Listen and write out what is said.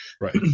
Right